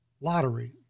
Lottery